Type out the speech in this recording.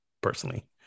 personally